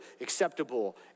acceptable